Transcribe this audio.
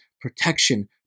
protection